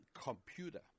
computer